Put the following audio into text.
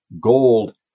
gold